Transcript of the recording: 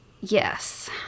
Yes